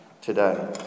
today